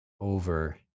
over